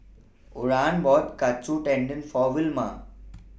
Oran bought Katsu Tendon For Wilma